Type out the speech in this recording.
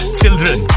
children